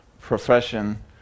profession